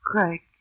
Craig